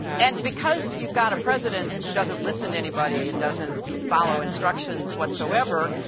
and because you've got a president who doesn't listen to anybody and doesn't follow instructions whatsoever,